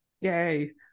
Yay